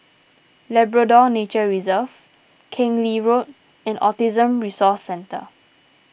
Labrador Nature Reserve Keng Lee Road and Autism Resource Centre